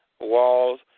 walls